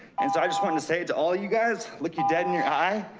and so i just wanted to say to all you guys, look you dead in your eye.